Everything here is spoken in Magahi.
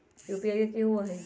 यू.पी.आई कि होअ हई?